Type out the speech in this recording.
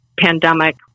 pandemic